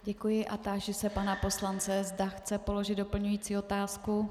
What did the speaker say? Děkuji a táži se pana poslance, zda chce položit doplňující otázku.